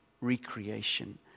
recreation